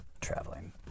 traveling